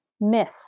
myth